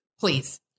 Please